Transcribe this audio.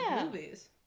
movies